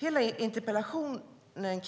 Hela interpellationen